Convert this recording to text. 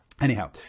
Anyhow